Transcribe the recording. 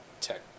tech